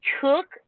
took